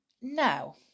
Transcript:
Now